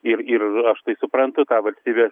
ir ir aš tai suprantu tą valstybės na